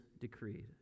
decreed